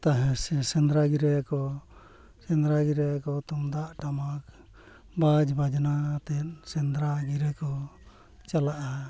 ᱛᱟᱦᱮᱸ ᱥᱮᱸᱫᱽᱨᱟ ᱜᱤᱨᱟᱹᱭᱟᱠᱚ ᱥᱮᱸᱫᱽᱨᱟ ᱜᱤᱨᱟᱹᱭᱟᱠᱚ ᱛᱩᱢᱫᱟᱜ ᱴᱟᱢᱟᱠ ᱵᱟᱡᱽ ᱵᱟᱡᱽᱱᱟ ᱟᱛᱮᱫ ᱥᱮᱸᱫᱽᱨᱟ ᱜᱤᱨᱟᱹ ᱠᱚ ᱪᱟᱞᱟᱜᱼᱟ